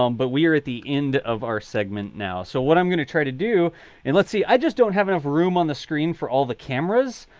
um but we're at the end of our segment now. so what i'm going to try to do and let's see, i just don't have enough room on the screen for all the cameras.